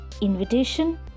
Invitation